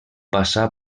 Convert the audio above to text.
passà